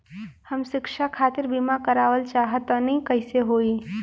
हम शिक्षा खातिर बीमा करावल चाहऽ तनि कइसे होई?